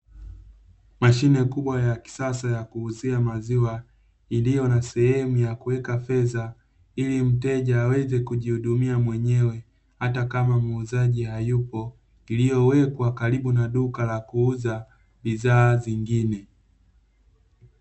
Mashine kubwa ya kisasa ya kuuzia maziwa, iliyo na sehemu ya kuweka fedha ili mteja aweze kujihudumia mwenyewe hata kama muuzaji hayupo, iliyowekwa karibu na duka la kuuza bidhaa nyingine.